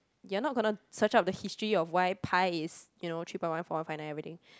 you're not gonna search up the history of why pi is you know three point one four five nine or everything